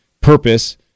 purpose